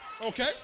Okay